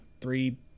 Three